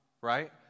right